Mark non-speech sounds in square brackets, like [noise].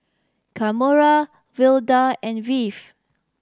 Kamora Velda and [unintelligible]